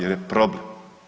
Jer je problem.